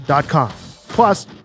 Plus